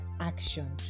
action